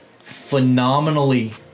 phenomenally